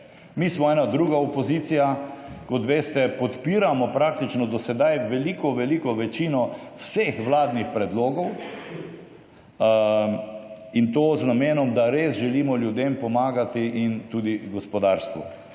Mi smo ena druga opozicija. Kot veste podpiramo praktično do sedaj veliko veliko večino vseh vladnih predlogov in to z namenom, da res želimo ljudem pomagati in tudi gospodarstvu.